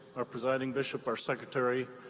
our presiding bishop, our secretary,